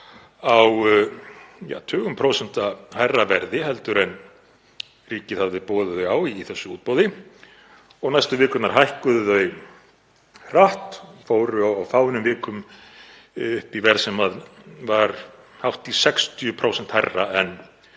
á tugum prósenta hærra verði en ríkið hafði boðið þau á í þessu útboði. Næstu vikurnar hækkuðu þau hratt, fóru á fáeinum vikum upp í verð sem var hátt í 60% hærra en